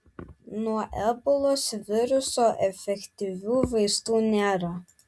nuo ebolos viruso efektyvių vaistų nėra